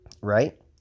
Right